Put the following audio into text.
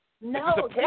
No